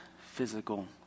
physical